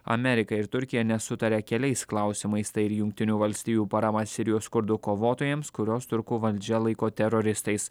amerika ir turkija nesutaria keliais klausimais tai ir jungtinių valstijų parama sirijos kurdų kovotojams kuriuos turkų valdžia laiko teroristais